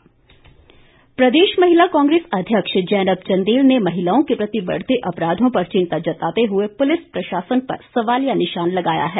महिला कांग्रेस प्रदेश महिला कांग्रेस अध्यक्ष जैनब चंदेल ने महिलाओं के प्रति बढ़ते अपराधों पर चिंता जताते हुए पुलिस प्रशासन पर सवालिया निशान लगाया है